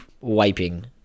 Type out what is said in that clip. wiping